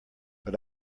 but